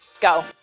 go